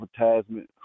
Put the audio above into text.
advertisement